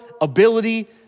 ability